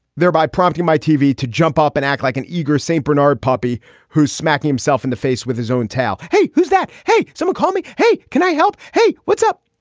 thereby prompting my tv to jump up and act like an eager st. bernard puppy who's smacking himself in the face with his own tail hey, who's that? hey, some call me. hey, can i help? hey, what's up?